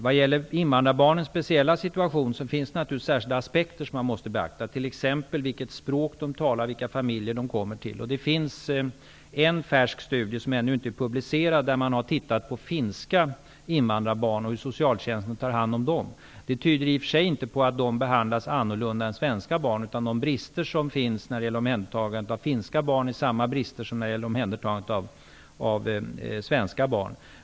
Vad gäller invandrarbarnens speciella situation finns det naturligtvis särskilda aspekter som man måste beakta, t.ex. vilket språk de talar och vilka familjer de kommer till. Det finns en färsk studie som ännu inte är publicerad där man har tittat på hur socialtjänsten tar hand om finska invandrarbarn. Den tyder i och för sig inte på att de behandlas annorlunda än svenska barn. De brister som finns i omhändertagandet av finska barn är samma brister som finns i omhändertagandet av svenska barn.